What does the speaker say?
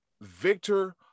Victor